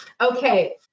Okay